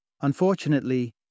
Unfortunately